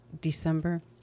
December